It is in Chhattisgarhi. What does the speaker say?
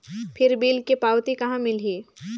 फिर बिल के पावती कहा मिलही?